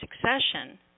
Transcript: succession